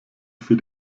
für